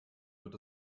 wird